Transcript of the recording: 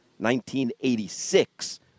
1986